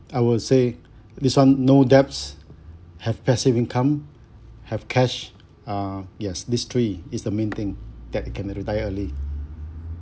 I will say this one no debts have passive income have cash uh yes these three is the main thing that you can be retire early